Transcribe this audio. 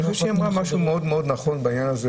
היא אמרה משהו מאוד נכון בעניין הזה